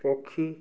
ପକ୍ଷୀ